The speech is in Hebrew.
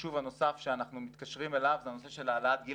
החשוב הנוסף שאנחנו מתקשרים אליו זה הנושא של העלאת גיל